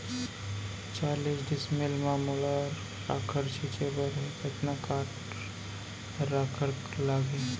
चालीस डिसमिल म मोला राखड़ छिंचे बर हे कतका काठा राखड़ लागही?